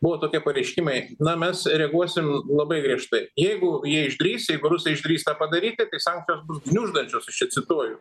buvo tokie pareiškimai na mes reaguosim labai griežtai jeigu jie išdrįs jeigu rusai išdrįs tą padaryti tai sankcijos bus gniuždančios čia cituoju